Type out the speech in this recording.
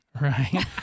Right